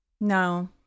No